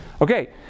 Okay